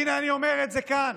הינה, אני אומר את זה כאן: